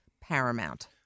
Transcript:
paramount